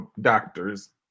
doctors